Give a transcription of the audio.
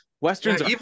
westerns